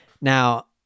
Now